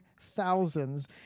thousands